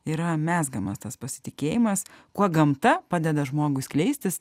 yra mezgamas tas pasitikėjimas kuo gamta padeda žmogui skleistis